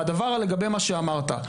והדבר, לגבי מה שאמרת.